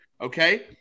okay